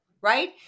right